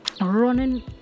running